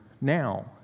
now